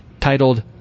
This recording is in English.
titled